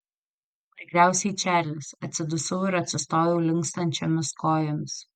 tikriausiai čarlis atsidusau ir atsistojau linkstančiomis kojomis